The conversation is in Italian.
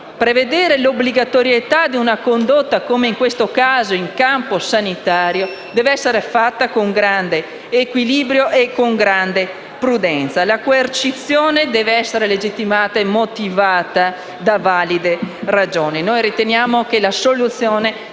prevederne l'obbligatorietà, come in questo caso in campo sanitario deve essere fatto con grande equilibrio e con grande prudenza. La coercizione deve essere legittimata e motivata da valide ragioni. Noi riteniamo che la soluzione